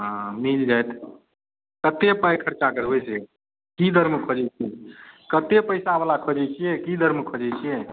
हँ मिल जाएत कत्तक पाइ खर्चा करबै से की दरमे खोजैत छियै कत्तेक पैसा बला खोजैत छियै की दरमे खोजैत छियै